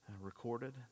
recorded